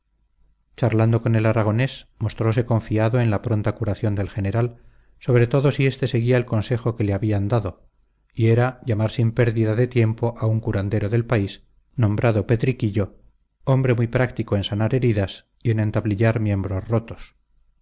charlando con el aragonés mostrose confiado en la pronta curación del general sobre todo si éste seguía el consejo que le había dado y era llamar sin pérdida de tiempo a un curandero del país nombrado petriquillo hombre muy práctico en sanar heridas y en entablillar miembros rotos